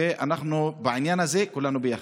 ואנחנו בעניין הזה כולנו ביחד.